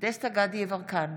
דסטה גדי יברקן,